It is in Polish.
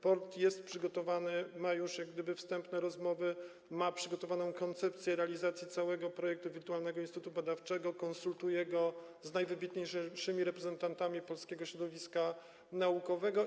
PORT jest przygotowany, jest już po wstępnych rozmowach, ma przygotowaną koncepcję realizacji całego projektu wirtualnego instytutu badawczego i konsultuje go z najwybitniejszymi reprezentantami polskiego środowiska naukowego.